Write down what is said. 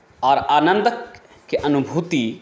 आओर आनन्दके अनुभूति